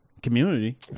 Community